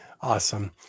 Awesome